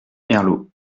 herlaut